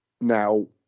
now